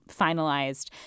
finalized